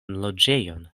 loĝejon